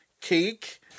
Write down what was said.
cake